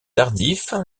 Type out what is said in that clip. tardif